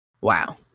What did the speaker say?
wow